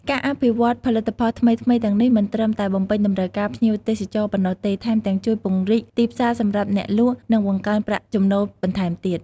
ការអភិវឌ្ឍផលិតផលថ្មីៗទាំងនេះមិនត្រឹមតែបំពេញតម្រូវការភ្ញៀវទេសចរប៉ុណ្ណោះទេ ថែមទាំងជួយពង្រីកទីផ្សារសម្រាប់អ្នកលក់ និងបង្កើនប្រាក់ចំណូលបន្ថែមទៀត។